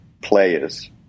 players